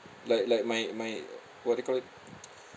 like like my my what do you call it